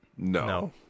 No